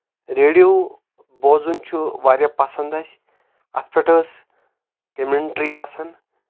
radio بوزُن چھُ واریاہ پسنٛد اَسہِ اتھ پؠٹھ ٲسۍ کیمنٹری آسان